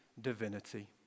divinity